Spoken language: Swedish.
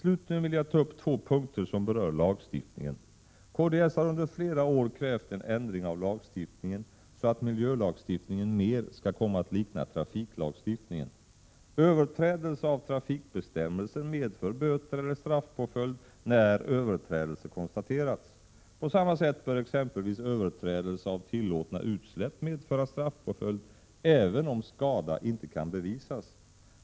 Jag vill ta upp två punkter som berör lagstiftningen. Kds har under flera år krävt en ändring av lagstiftningen så att miljölagstiftningen mer skall komma att likna trafiklagstiftningen. Överträdelse av trafikbestämmelser medför böter eller straffpåföljd när överträdelse konstaterats. På samma sätt bör exempelvis överträdelse av tillåtna utsläpp medföra straffpåföljd även om skada inte kan bevisas.